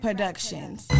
Productions